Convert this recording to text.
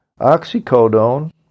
Oxycodone